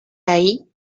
ahí